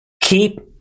keep